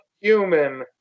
human